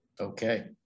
Okay